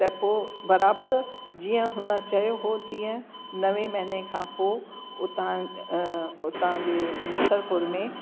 त पो बराबर जीअं हुन चयो हो तीअं नवे महिने खां पो उता उता जे नसर कोल में